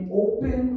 open